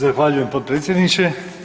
Zahvaljujem, potpredsjedniče.